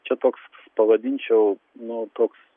čia toks pavadinčiau nu toks